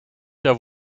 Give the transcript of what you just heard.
the